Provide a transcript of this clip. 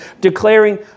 declaring